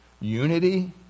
unity